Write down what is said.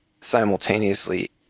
simultaneously